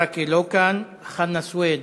ברכה, לא כאן, חנא סוייד,